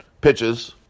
pitches